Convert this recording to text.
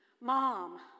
Mom